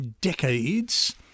decades